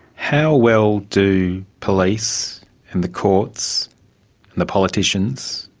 how well do police and the courts and the politicians,